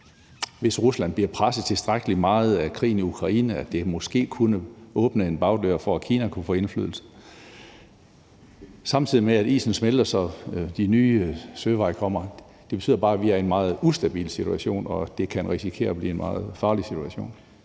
hvis Rusland bliver presset tilstrækkelig meget af krigen i Ukraine, kunne det måske åbne en bagdør for, at Kina kunne få indflydelse, samtidig med at isen smelter, så der kommer nye søveje. Det betyder bare, at vi er i en meget ustabil situation, og at det kan risikere at blive en meget farlig situation.